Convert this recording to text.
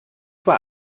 war